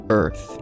earth